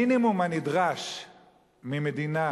המינימום הנדרש ממדינה